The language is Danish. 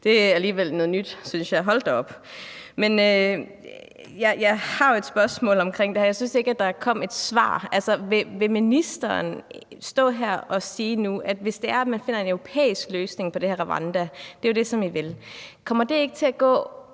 Det er alligevel noget nyt, synes jeg. Hold da op. Men jeg har jo et spørgsmål omkring det her. Jeg synes ikke, at der kom et svar. Altså, ministeren står her og siger nu, at man kan finde en europæisk løsning på det her med Rwanda – det er jo det, som I vil. Kommer det ikke til at gå